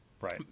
Right